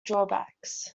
drawbacks